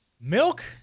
Milk